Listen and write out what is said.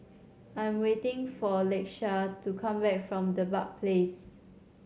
I'm waiting for Lakesha to come back from Dedap Place